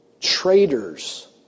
traitors